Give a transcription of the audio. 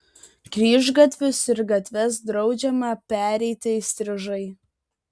kryžgatvius ir gatves draudžiama pereiti įstrižai